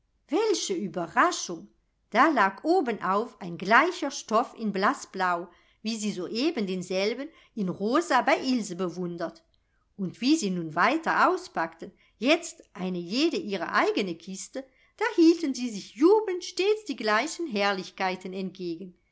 welche ueberraschung da lag obenauf ein gleicher stoff in blaßblau wie sie soeben denselben in rosa bei ilse bewundert und wie sie nun weiter auspackten jetzt eine jede ihre eigene kiste da hielten sie sich jubelnd stets die gleichen herrlichkeiten entgegen